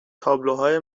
تابلوهای